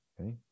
Okay